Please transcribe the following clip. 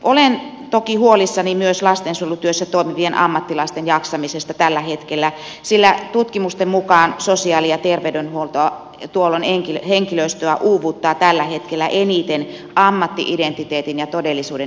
olen toki huolissani myös lastensuojelutyössä toimivien ammattilaisten jaksamisesta tällä hetkellä sillä tutkimusten mukaan sosiaali ja terveydenhuollon henkilöstöä uuvuttaa tällä hetkellä eniten ammatti identiteetin ja todellisuuden välinen ristiriita